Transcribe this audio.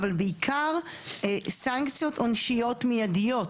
אבל בעיקר סנקציות עונשיות מידיות.